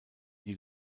die